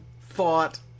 thought